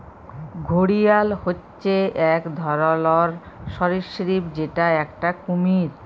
ঘড়িয়াল হচ্যে এক ধরলর সরীসৃপ যেটা একটি কুমির